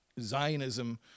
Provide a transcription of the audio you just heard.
Zionism